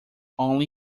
only